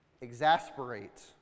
exasperate